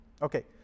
Okay